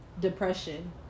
depression